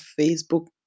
Facebook